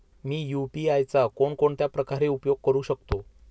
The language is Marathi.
मी यु.पी.आय चा कोणकोणत्या प्रकारे उपयोग करू शकतो?